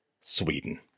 Sweden